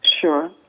Sure